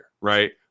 right